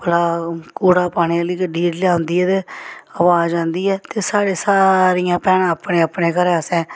भला कूड़ा पाने आह्ली गड्डी जेल्लै आंदी ऐ ते अवाज आंदी ऐ ते साढ़े सारियां भैनां अपने अपने घरै असें